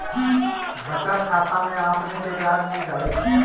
बचत खाता में आपने के ब्याज मिल जाएत